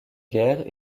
guerre